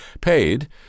Paid